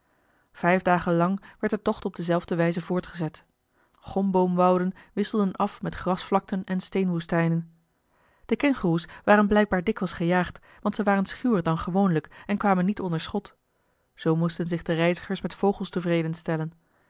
vijf dagen lang werd de tocht op dezelfde wijze voortgezet gomboomwouden wisselden af met grasvlakten en steenwoestijnen de kengoeroes waren blijkbaar dikwijls gejaagd want ze waren schuwer dan gewoonlijk en kwamen niet onder schot zoo moesten zich de reizigers met vogels tevreden stellen